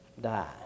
die